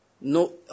No